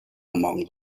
among